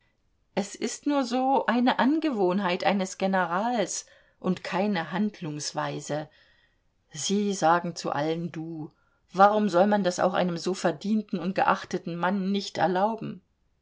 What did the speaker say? es ist nur so eine angewohnheit eines generals und keine handlungsweise sie sagen zu allen du warum soll man das auch einem so verdienten und geachteten mann nicht erlauben